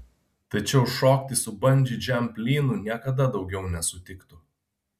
tačiau šokti su bandži džamp lynu niekada daugiau nesutiktų